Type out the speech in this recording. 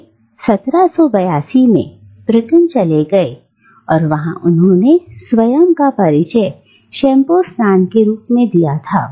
वे 1782 मैं ब्रिटेन चले गए और वहां उन्होंने स्वयं का परिचय शैंपू स्नान के रूप में दिया था